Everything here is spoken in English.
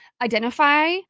identify